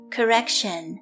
Correction